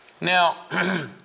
Now